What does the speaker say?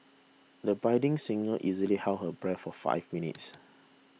the budding singer easily held her breath for five minutes